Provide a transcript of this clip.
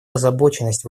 озабоченность